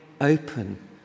open